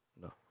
No